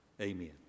Amen